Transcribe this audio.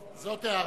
זאת הערה.